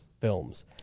films